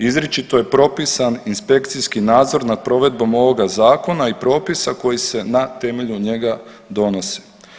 Izričito je propisan inspekcijski nadzor nad provedbom ovoga zakona i propisa koji se na temelju njega donose.